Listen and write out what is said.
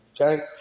Okay